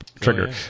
trigger